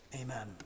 Amen